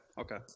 Okay